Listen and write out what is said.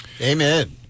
Amen